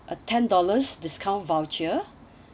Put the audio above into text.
a ten dollars discount voucher